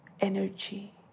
energy